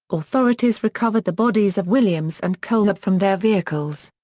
authorities recovered the bodies of williams and coler from their vehicles.